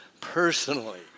personally